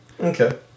Okay